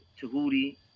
Tahuti